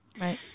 right